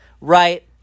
Right